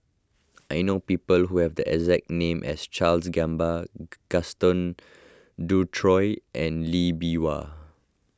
I know people who have the exact name as Charles Gamba Gaston Dutronquoy and Lee Bee Wah